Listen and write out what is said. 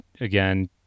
again